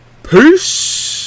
Peace